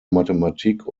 mathematik